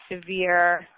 severe